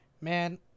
man